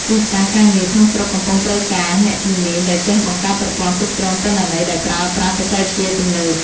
ទីផ្សារការងារក្នុងស្រុកកំពុងត្រូវការអ្នកជំនាញដែលចេះបង្កើតប្រព័ន្ធគ្រប់គ្រងទិន្នន័យដោយប្រើប្រាស់បច្ចេកវិទ្យាទំនើប។